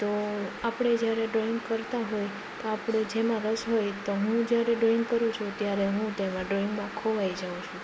તો આપણે જ્યારે ડ્રોઈંગ કરતા હોય તો આપણો જેમાં રસ હોય તો હું જ્યારે ડ્રોઈંગ કરું છું ત્યારે હું તેમાં ડ્રોઈંગમાં ખોવાઈ જાઉં છું